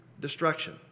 destruction